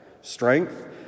strength